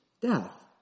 death